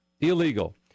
Illegal